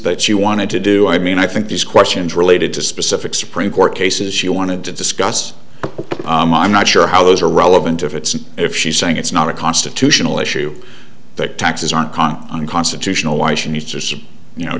that she wanted to do i mean i think these questions related to specific supreme court cases she wanted to discuss i'm not sure how those are relevant if it's if she's saying it's not a constitutional issue that taxes aren't con unconstitutional why she needs to